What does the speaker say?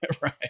Right